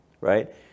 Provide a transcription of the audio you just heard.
Right